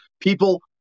people